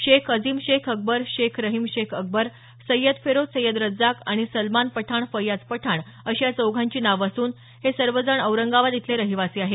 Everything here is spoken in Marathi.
शेख अजिम शेख अकबर शेख रहिम शेख अकबर सय्यद फेरोज सय्यद रज्जाक आणि सलमान पठाण फय्याज पठाण अशी या चौघांची नावं असून हे सर्वजण औरंगाबाद इथले रहिवासी आहेत